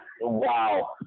Wow